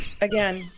Again